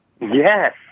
Yes